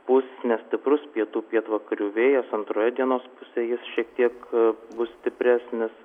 pūs nestiprus pietų pietvakarių vėjas antroje dienos pusėj jis šiek tiek bus stipresnis